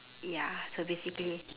ya so basically